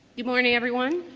good morning everyone